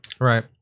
right